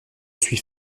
suis